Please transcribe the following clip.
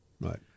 Right